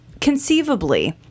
conceivably